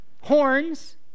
horns